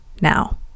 Now